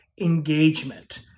engagement